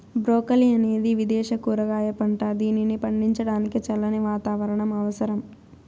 broccoli అనేది విదేశ కూరగాయ పంట, దీనిని పండించడానికి చల్లని వాతావరణం అవసరం